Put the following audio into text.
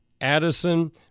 Addison